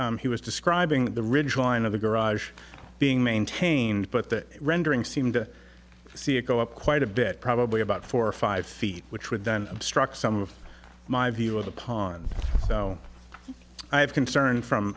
he was describing the ridgeline of the garage being maintained but that rendering seemed to see it go up quite a bit probably about four or five feet which would then obstruct some of my view of the pond so i have concern from